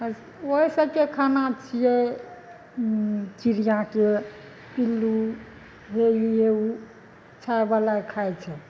ओहि सबके खाना छियै चिड़ियाके पिल्लू हे ई ओ खाय छै